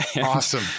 Awesome